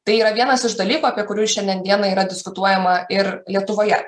tai yra vienas iš dalyko kurių šiandien dieną yra diskutuojama ir lietuvoje